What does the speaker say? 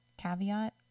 caveat